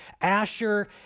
Asher